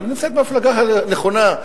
היא נמצאת במפלגה הנכונה,